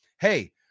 hey